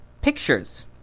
pictures